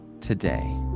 today